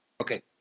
Okay